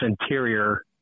interior –